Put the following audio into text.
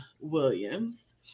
Williams